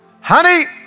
Honey